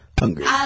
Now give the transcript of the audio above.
hungry